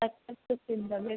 അത്രയ്ക്കൊക്കെ ഉണ്ടല്ലേ